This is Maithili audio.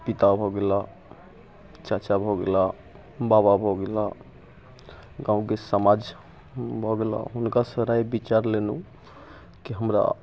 पिता भऽ गेला चाचा भऽ गेला बाबा भऽ गेला गाँवके समाज भऽ गेला हुनकासँ राय विचार लेलहुँ की हमरा